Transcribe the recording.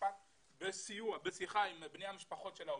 משפט בשיחה עם בני המשפחות של העובדים,